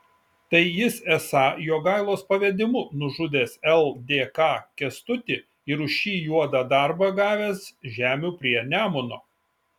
tai jis esą jogailos pavedimu nužudęs ldk kęstutį ir už šį juodą darbą gavęs žemių prie nemuno